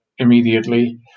immediately